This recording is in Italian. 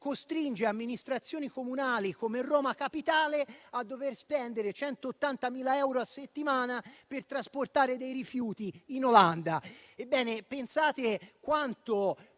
costringe amministrazioni comunali come Roma capitale a dover spendere 180.000 euro a settimana per trasportare dei rifiuti in Olanda. Ebbene, pensate quanto